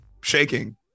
shaking